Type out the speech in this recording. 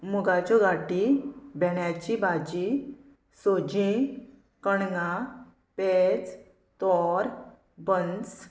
मुगाच्यो गाटी भेण्याची भाजी सोजी कणगां पेज तोर बन्स